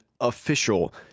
official